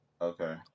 Okay